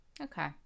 okay